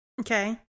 okay